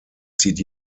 zieht